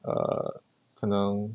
err 可能